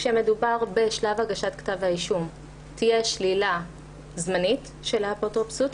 כשמדובר בשלב הגשת כתב האישום תהיה שלילה זמנית של האפוטרופסות,